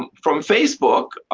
from facebook,